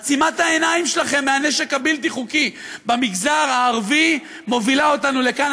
עצימת העיניים שלכם מול הנשק הבלתי-חוקי במגזר הערבי מובילה אותנו לכאן.